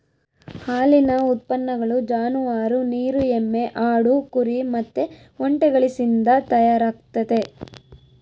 ಹಾಲಿನ ಉತ್ಪನ್ನಗಳು ಜಾನುವಾರು, ನೀರು ಎಮ್ಮೆ, ಆಡು, ಕುರಿ ಮತ್ತೆ ಒಂಟೆಗಳಿಸಿಂದ ತಯಾರಾಗ್ತತೆ